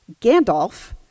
Gandalf